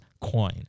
coin